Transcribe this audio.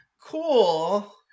cool